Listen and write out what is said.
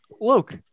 Look